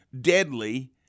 deadly